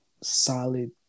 solid